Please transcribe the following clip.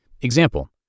Example